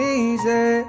easy